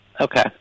Okay